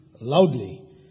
loudly